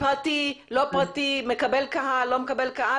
פרטי, ציבורי, מקבל קהל ולא מקבל קהל.